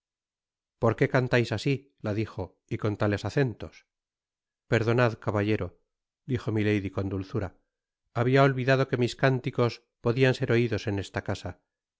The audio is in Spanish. por qué cantais asi la dijo y con tales acentos perdonad caballero dijo milady con dulzura habia olvidado que mis cánticos podian ser oidos en esta casa